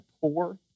poor